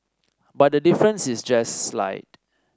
but the difference is just slight